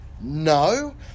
No